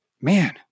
man